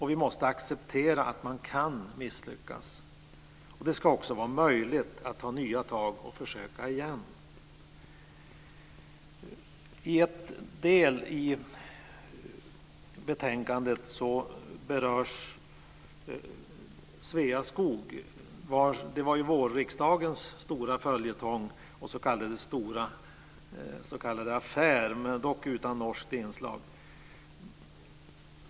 Vi måste acceptera att man kan misslyckas. Det ska också vara möjligt att ta nya tag och försöka igen. I en del i betänkandet berörs Sveaskog. Det var ju vårriksdagens stora följetong och stora s.k. affär, dock utan norskt inslag.